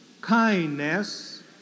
kindness